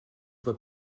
voie